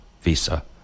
visa